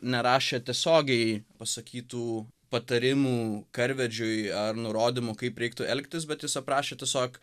nerašė tiesiogiai pasakytų patarimų karvedžiui ar nurodymų kaip reiktų elgtis bet jis aprašė tiesiog